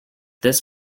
this